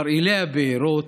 מרעילי בארות?